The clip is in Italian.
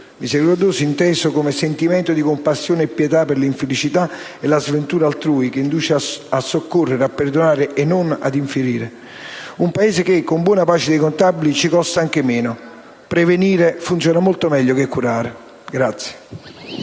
termine è inteso come sentimento di compassione e pietà per l'infelicità e la sventura altrui che induce a soccorrere, a perdonare e non a infierire); un Paese che, con buona pace dei contabili, ci costa pure meno. Prevenire funziona molto meglio che curare.